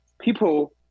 people